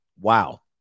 Wow